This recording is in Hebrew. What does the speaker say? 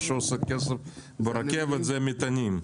מה שעושה כסף ברכבת זה המטענים.